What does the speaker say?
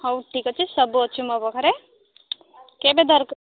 ହଉ ଠିକ୍ ଅଛି ସବୁ ଅଛି ମୋ ପାଖରେ କେବେ ଦରକାର